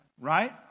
right